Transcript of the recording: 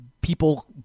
people